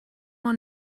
ond